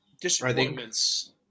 disappointments –